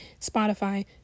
Spotify